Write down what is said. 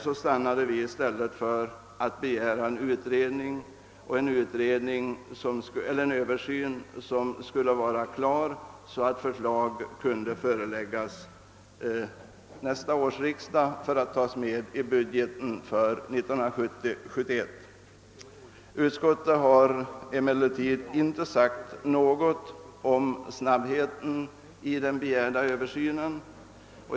Vi stannade därför i stället för att begära en utredning och en översyn som skulle bli klar så tidigt att förslag kunde föreläggas nästa års riksdag för att tas med i budgeten för 1970/71. Utskottet har emellertid inte sagt något om snabbheten i den begärda översynen.